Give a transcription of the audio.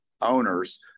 owners